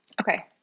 Okay